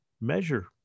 measure